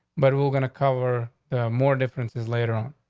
but we're going to cover the more differences later on